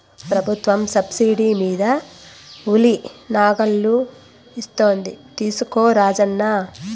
ప్రభుత్వం సబ్సిడీ మీద ఉలి నాగళ్ళు ఇస్తోంది తీసుకో రాజన్న